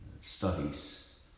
studies